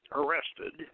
arrested